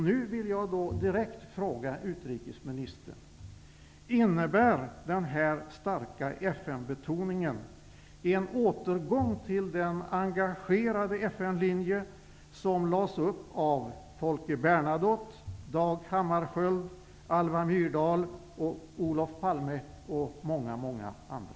Nu vill jag direkt fråga utrikesministern: Innebär denna starka FN-betoning en återgång till den engagerade Hammarskjöld, Alva Myrdal, Olof Palme och många andra?